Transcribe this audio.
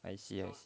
I see I see